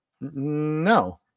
No